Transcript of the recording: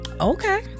okay